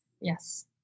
Yes